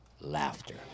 laughter